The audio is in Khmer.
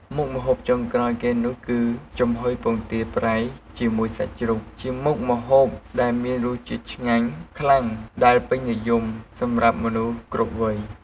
មុខម្ហូបចុងក្រោយគេនោះ គឺចំហុយពងទាប្រៃជាមួយសាច់ជ្រូក ជាមុខម្ហូបដែរមានរសជាតិឆ្ងាញ់ខ្លាំង ដែលពេញនិយមសម្រាប់មនុស្សគ្រប់វ័យ។